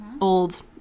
Old